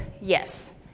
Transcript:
yes